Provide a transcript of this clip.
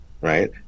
right